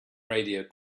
radio